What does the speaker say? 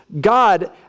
God